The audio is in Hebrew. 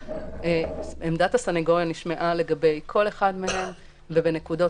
עמדת הסנגוריה נשמעה לגבי כל אחד מהסעיפים ובנקודות